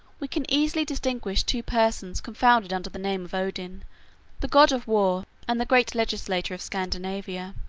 we can easily distinguish two persons confounded under the name of odin the god of war, and the great legislator of scandinavia.